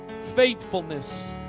faithfulness